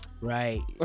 Right